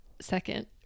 second